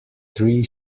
three